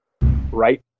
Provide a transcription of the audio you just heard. right